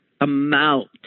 amount